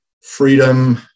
Freedom